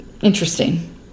interesting